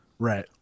Right